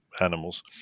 animals